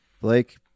Blake